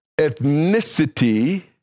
ethnicity